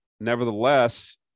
Nevertheless